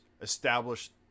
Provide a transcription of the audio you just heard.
established